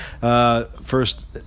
first